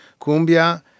Cumbia